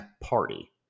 party